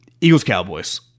Eagles-Cowboys